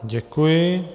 Děkuji.